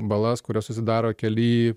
balas kurios susidaro kely